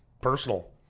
personal